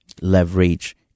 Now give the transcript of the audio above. leverage